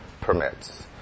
permits